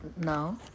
Now